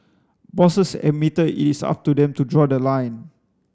bosses admitted it is up to them to draw the line